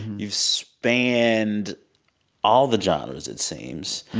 you've spanned all the genres it seems.